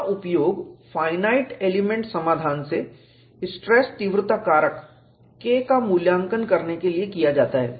इसका उपयोग finite element समाधान से स्ट्रेस तीव्रता कारक K का मूल्यांकन करने के लिए किया जाता है